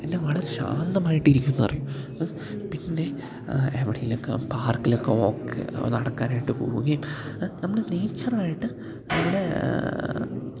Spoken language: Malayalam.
എല്ലാം വളരെ ശാന്തമായിട്ട് ഇരിക്കുന്നു പറയും പിന്നെ എവിടെ എങ്കിലൊക്കെ പാർക്കിലൊക്കെ വോക്ക് നടക്കാനായിട്ട് പോവുകയും നമ്മൾ നേച്ചറായിട്ട് നമ്മുടെ